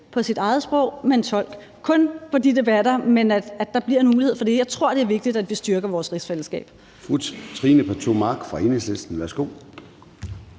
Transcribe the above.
på sit eget sprog og bruge tolk. Det skal kun være i de debatter, men vi støtter, at der bliver en mulighed for det. Jeg tror, det er vigtigt, at vi styrker vores rigsfællesskab.